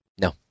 No